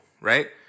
right